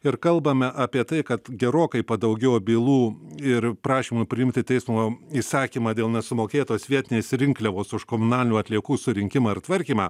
ir kalbame apie tai kad gerokai padaugėjo bylų ir prašymų priimti teismo įsakymą dėl nesumokėtos vietinės rinkliavos už komunalinių atliekų surinkimą ir tvarkymą